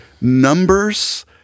Numbers